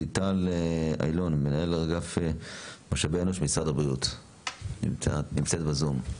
ליטל איילון מנהלת אגף משאבי אנוש משרד הבריאות נמצאת בזום.